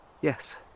Yes